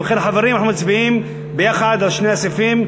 ובכן, חברים, אנחנו מצביעים ביחד על שני הסעיפים.